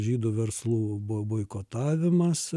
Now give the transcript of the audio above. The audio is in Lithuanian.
žydų verslų boi boikotavimas